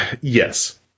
Yes